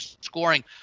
scoring